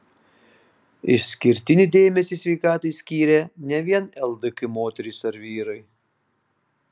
išskirtinį dėmesį sveikatai skyrė ne vien ldk moterys ar vyrai